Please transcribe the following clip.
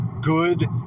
good